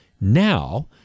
Now